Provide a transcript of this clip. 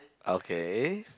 okay